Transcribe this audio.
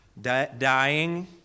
dying